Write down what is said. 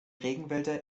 regenwälder